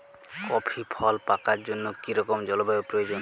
Coffee ফল পাকার জন্য কী রকম জলবায়ু প্রয়োজন?